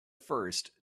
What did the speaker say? first